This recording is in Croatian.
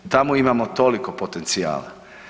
Tamo imamo toliko potencijala.